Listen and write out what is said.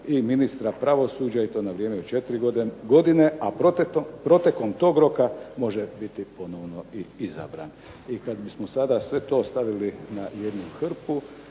i ministra pravosuđa i to na vrijeme od 4 godine, a protekom tog roka može biti i ponovno izabran. I kada bismo sve to sada stavili na jednu hrpu,